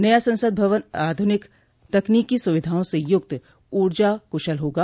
नया संसद भवन आधनिक तकनीकी सुविधाओं से युक्त और ऊर्जा कुशल होगा